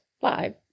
five